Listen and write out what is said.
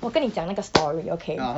我跟你讲那个 story okay